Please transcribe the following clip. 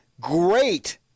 great